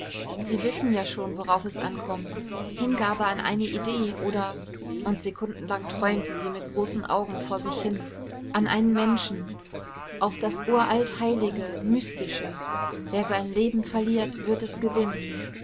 sie wissen ja schon worauf es ankommt hingabe an eine idee oder und sekundenlang träumte sie mit großen augen vor sich hin an einen menschen auf das uralt heilige mystische wer sein leben verliert wird es gewinnen